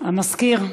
המזכיר,